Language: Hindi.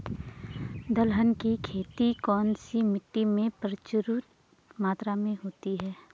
दलहन की खेती कौन सी मिट्टी में प्रचुर मात्रा में होती है?